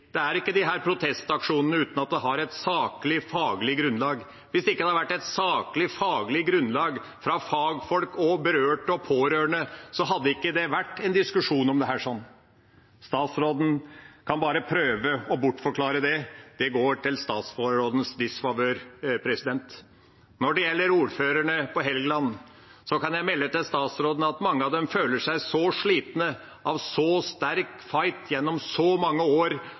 En har ikke disse protestaksjonene uten et saklig, faglig grunnlag. Hvis det ikke hadde vært et saklig, faglig grunnlag fra fagfolk, berørte og pårørende, hadde det ikke vært en diskusjon om dette. Statsråden kan bare prøve å bortforklare det – det går i statsrådens disfavør. Når det gjelder ordførerne på Helgeland, kan jeg melde til statsråden at mange av dem føler seg så slitne av en så sterk fight gjennom så mange år